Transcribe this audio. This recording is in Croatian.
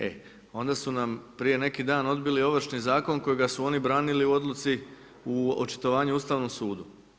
E onda su nam prije neki dan odbili Ovršni zakon kojega su oni branili u odluci u očitovanju Ustavnom sudu.